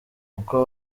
uko